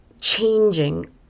changing